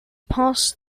pass